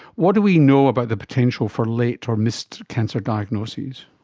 what do we know about the potential for late or missed cancer diagnoses?